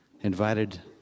invited